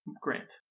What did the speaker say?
Grant